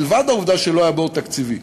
מלבד העובדה שלא היה בור תקציבי,